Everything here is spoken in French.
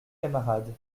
camarades